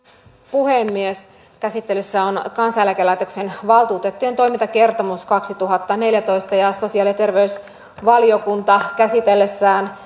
puhemies käsittelyssä on kansaneläkelaitoksen valtuutettujen toimintakertomus kaksituhattaneljätoista sosiaali ja terveysvaliokunta käsitellessään